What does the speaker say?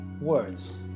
words